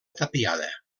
tapiada